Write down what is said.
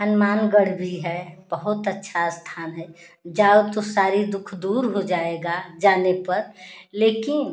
हनुमानगढ़ भी है बहुत अच्छा स्थान है जाओ तो सारी दुःख दूर हो जाएगा जाने पर लेकिन